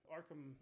Arkham